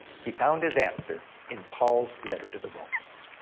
he found his answer in paul's letter to the romans.